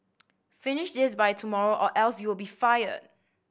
finish this by tomorrow or else you will be fired